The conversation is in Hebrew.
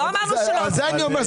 לא אמרנו שלא עושים.